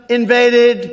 invaded